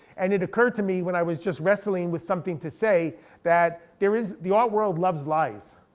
and it occurred to me when i was just wrestling with something to say that there is, the art world loves lies,